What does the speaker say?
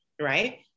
right